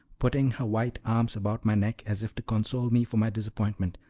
putting her white arms about my neck as if to console me for my disappointment,